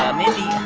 um mindy